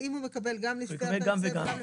האם הוא מקבל גם לפי זה וגם לפי זה?